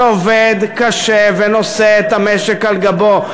שעובד קשה ונושא את המשק על גבו?